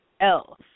else